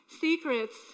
Secrets